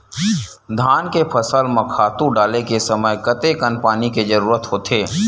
धान के फसल म खातु डाले के समय कतेकन पानी के जरूरत होथे?